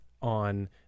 on